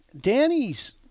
Danny's